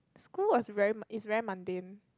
school was very is very mundane